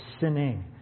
sinning